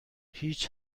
هیچ